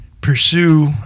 pursue